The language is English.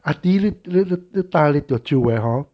hor